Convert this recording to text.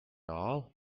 all